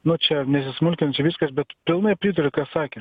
nu čia nesismulkinsiu viskas bet pilnai pritariu ką sakė